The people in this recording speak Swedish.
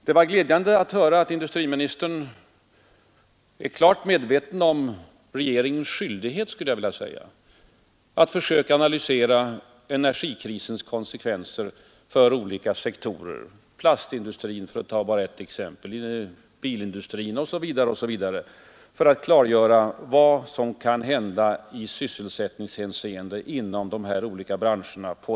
Det var glädjande att höra att industriministern är klart medveten om regeringens skyldighet att försöka analysera energikrisens konsekvenser för skilda sektorer — t.ex. plastindustrin och bilindustrin — för att klargöra vad som kan hända i sysselsättningshänseende inom de olika branscherna.